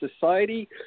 society